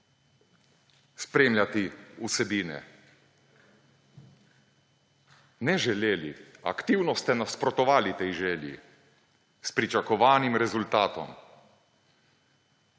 spremljati vsebine. Ne želeli, aktivno ste nasprotovali tej želji, s pričakovanim rezultatom.